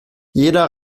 jeder